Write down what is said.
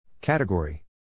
Category